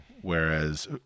whereas